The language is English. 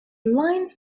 lines